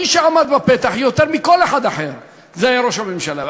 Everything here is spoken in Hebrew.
מי שעמד בפתח יותר מכל אחד אחר היה ראש הממשלה.